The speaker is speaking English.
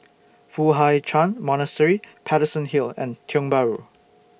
Foo Hai Ch'An Monastery Paterson Hill and Tiong Bahru